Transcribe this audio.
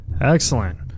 Excellent